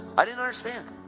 i didn't understand.